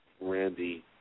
Randy